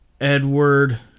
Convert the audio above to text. Edward